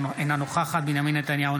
אינה נוכחת בנימין נתניהו,